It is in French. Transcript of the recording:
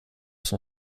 son